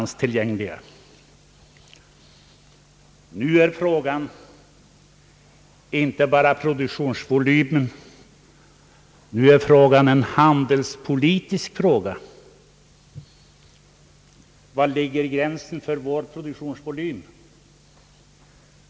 Nu gäller det inte bara produktionsvolymen, utan nu har det blivit en handelspolitisk fråga. Var går gränsen för vår produktionsvolym?